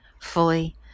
fully